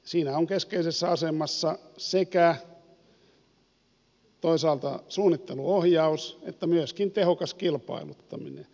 siinä on keskeisessä asemassa sekä toisaalta suunnitteluohjaus että myöskin tehokas kilpailuttaminen